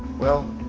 well.